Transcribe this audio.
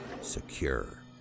Secure